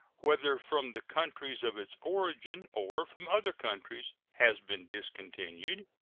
whether from the countries of its origin or from other countries, has been discontinued